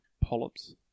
polyps